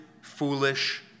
foolish